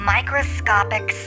Microscopic